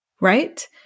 Right